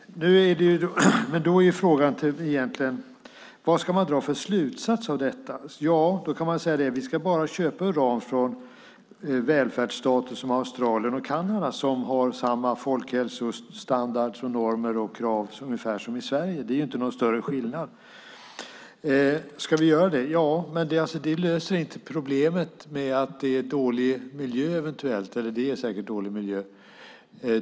Frågan är egentligen: Vad ska man dra för slutsats av detta? Vi kan säga att vi bara ska köpa från välfärdsstater som Australien och Kanada som har ungefär samma folkhälsostandard, normer och krav som Sverige. Det är inte någon större skillnad. Ska vi göra det? Ja, men det löser inte problemet med att det är dålig miljö.